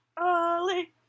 Ollie